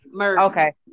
okay